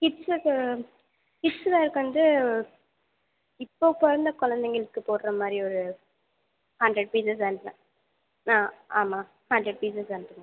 கிட்ஸுக்கு கிட்ஸ் வியருக்கு வந்து இப்போ பிறந்த குழந்தைங்களுக்கு போடுற மாதிரி ஒரு ஹண்ட்ரட் பீஸஸ் அனுப்புங்க ஆ ஆமாம் ஹண்ட்ரட் பீஸஸ் அனுப்புங்க